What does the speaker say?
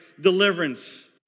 deliverance